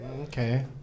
Okay